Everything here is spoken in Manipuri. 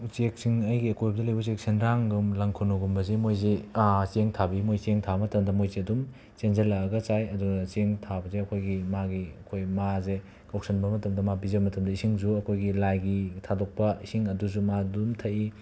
ꯎꯆꯦꯛꯁꯤꯡ ꯑꯩꯒꯤ ꯑꯀꯣꯏꯕꯗ ꯂꯩꯕ ꯎꯆꯦꯛ ꯁꯦꯟꯗ꯭ꯔꯥꯡꯒꯨꯝꯕ ꯂꯪꯈꯨꯅꯨꯒꯨꯝꯕꯁꯤ ꯃꯣꯏꯁꯤ ꯆꯦꯡ ꯊꯥꯕꯤ ꯃꯣꯏ ꯆꯦꯡ ꯊꯥꯕ ꯃꯇꯝꯗ ꯃꯣꯏꯁꯤ ꯑꯗꯨꯝ ꯆꯦꯟꯁꯤꯜꯂꯛꯑꯒ ꯆꯥꯏ ꯑꯗꯨꯅ ꯆꯦꯡ ꯊꯥꯕꯁꯦ ꯑꯩꯈꯣꯏꯒꯤ ꯃꯥꯒꯤ ꯑꯩꯈꯣꯏ ꯃꯥꯁꯦ ꯀꯧꯁꯟꯕ ꯃꯇꯝꯗ ꯃꯥ ꯄꯤꯖꯕ ꯃꯇꯝꯗ ꯏꯁꯤꯡꯁꯨ ꯑꯩꯈꯣꯏꯒꯤ ꯂꯥꯏꯒꯤ ꯊꯥꯗꯣꯛꯄ ꯏꯁꯤꯡ ꯑꯗꯨꯁꯨ ꯃꯥ ꯑꯗꯨꯝ ꯊꯛꯏ